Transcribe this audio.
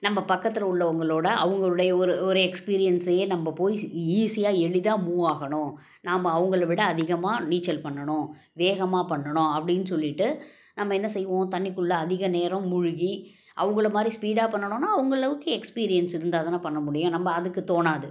நம்ம பக்கத்தில் உள்ள உங்களோடய அவங்களுடைய ஒரு ஒரு எக்ஸ்பீரியன்ஸையே நம்ம போய் ஈஸியாக எளிதாக மூவ் ஆகணும் நாம் அவங்கள விட அதிகமாக நீச்சல் பண்ணணும் வேகமாக பண்ணணும் அப்படின்னு சொல்லிவிட்டு நம்ம என்ன செய்வோம் தண்ணிக்குள்ளே அதிக நேரம் மூழ்கி அவங்கள மாதிரி ஸ்பீடாக பண்ணணும்ன்னா அவங்க அளவுக்கு எக்ஸ்பீரியன்ஸ் இருந்தால் தானே பண்ணமுடியும் நம்ம அதுக்கு தோணாது